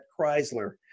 Chrysler